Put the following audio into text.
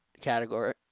category